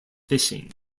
fishing